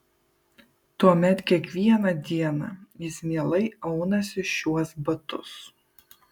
tuomet kiekvieną dieną jis mielai aunasi šiuos batus